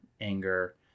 anger